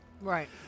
Right